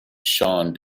shawn